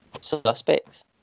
suspects